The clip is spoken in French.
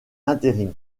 intérim